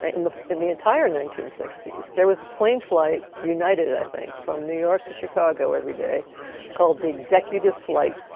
ah in the in the entire nineteen sixty s, there was a plane flight, united i think, from new york to chicago every day called the executive flight